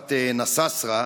משפחת נסאסרה,